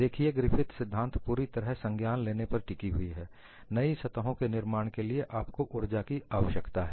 देखिए ग्रिफिथ सिद्धांत पूरी तरह संज्ञान लेने पर टिकी हुई है नई सतहों के निर्माण के लिए आपको ऊर्जा की आवश्यकता है